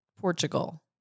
Portugal